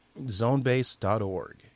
zonebase.org